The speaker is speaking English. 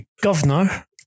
governor